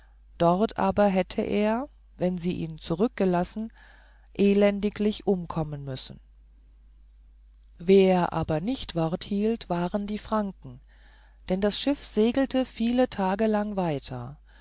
dort aber hätte er wenn man ihn zurückgelassen elendiglich umkommen müssen wer aber nicht wort hielt waren die franken denn das schiff segelte viele tage lang weiter